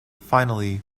finally